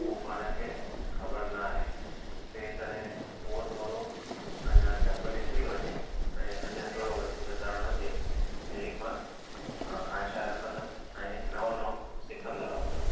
उहो पाण खे ख़बर न आहे तंहिं करे उहो थोरो अञा डपु निकिरी वञे ऐं अञा थोरो वधीक तरणु अचे अहिड़ी मां आशा रखंदुमि ऐं नओं नओं सिखंदो रहंदुमि